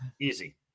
Easy